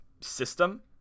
system